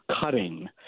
cutting